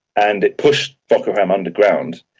and it pushed boko haram underground.